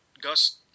Gus